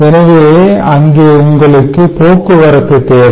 எனவே அங்கே உங்களுக்கு போக்குவரத்து தேவை